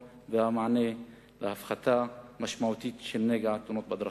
והמענה לשם הפחתה משמעותית של נגע תאונות הדרכים.